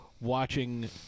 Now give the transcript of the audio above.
watching